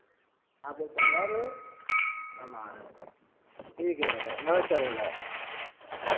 आप लोग तैयार हो हम आ रहे हैं ठीक है दादा नमस्कार दादा